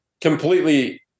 completely